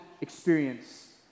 experience